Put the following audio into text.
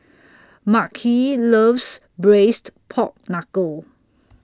Makhi loves Braised Pork Knuckle